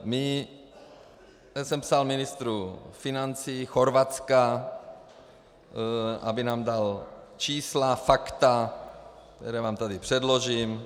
Já jsem psal ministru financí Chorvatska, aby nám dal čísla, fakta, která vám tady předložím.